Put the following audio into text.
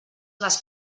les